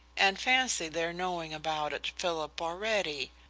and fancy their knowing about it, philip, already!